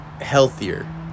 healthier